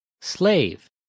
Slave